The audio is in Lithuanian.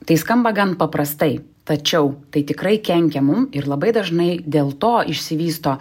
tai skamba gan paprastai tačiau tai tikrai kenkia mum ir labai dažnai dėl to išsivysto